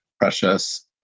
precious